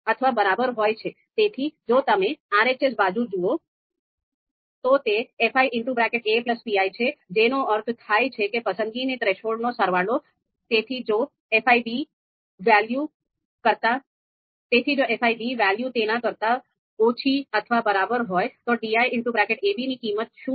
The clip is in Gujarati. તેથી જો તમે RHS બાજુ જુઓ તો તે fipi છે જેનો અર્થ થાય છે પસંદગીની થ્રેશોલ્ડ નો સરવાળો તેથી જો fi વેલ્યુ તેના કરતા ઓછી અથવા બરાબર હોય તો diab ની કિંમત શૂન્ય છે